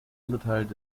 unterteilt